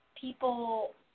people